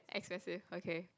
expensive okay